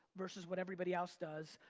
versus what everybody else does.